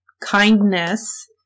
kindness